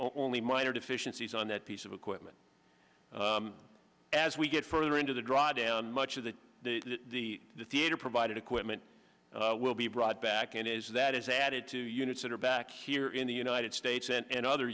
only minor deficiencies on that piece of equipment as we get further into the drawdown much of the theater provided equipment will be brought back and is that is added to units that are back here in the united states and other